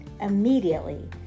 Immediately